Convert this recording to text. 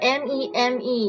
meme